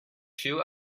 two